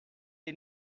est